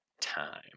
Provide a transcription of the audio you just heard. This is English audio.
time